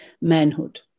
manhood